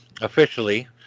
officially